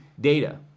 data